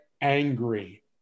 angry